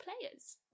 Players